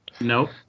nope